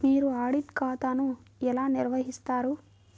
మీరు ఆడిట్ ఖాతాను ఎలా నిర్వహిస్తారు?